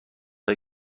های